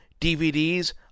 DVDs